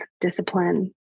discipline